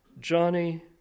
Johnny